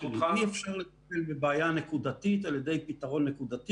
אי אפשר לטפל בבעיה נקודתית על-ידי פתרון נקודתי